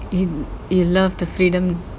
you you love the freedom